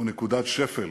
הוא נקודת שפל